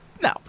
No